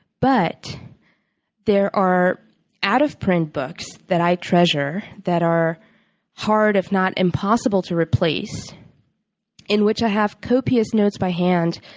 but there are out-of-print books that i treasure that are hard, if not impossible, to replace in which i have copious notes by hand.